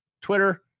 Twitter